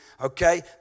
okay